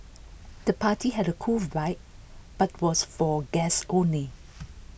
the party had A cool vibe but was for guests only